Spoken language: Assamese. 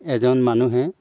এজন মানুহে